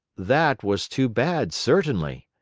that was too bad, certainly,